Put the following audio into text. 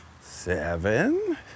seven